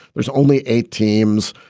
there's only eight teams.